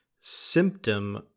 symptom